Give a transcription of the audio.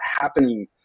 happening